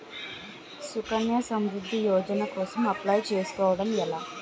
సుకన్య సమృద్ధి యోజన కోసం అప్లయ్ చేసుకోవడం ఎలా?